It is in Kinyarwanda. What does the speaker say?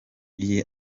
iyi